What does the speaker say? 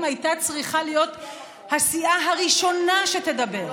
הייתה צריכה להיות הסיעה הראשונה שתדבר.